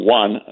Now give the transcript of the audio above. one